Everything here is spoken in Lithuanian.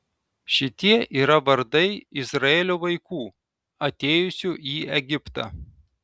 šitie yra vardai izraelio vaikų atėjusių į egiptą